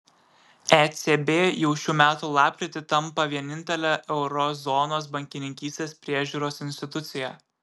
ecb jau šių metų lapkritį tampa vienintele euro zonos bankininkystės priežiūros institucija